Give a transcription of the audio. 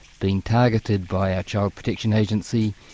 being targeted by our child protection agency,